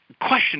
question